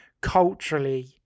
culturally